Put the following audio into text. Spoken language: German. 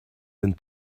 den